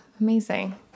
amazing